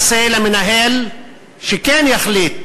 המנהלים באופן שהוא מרשה לעצמו להחליט